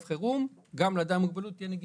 חירום גם לאדם עם מוגבלות תהיה נגישות.